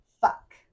fuck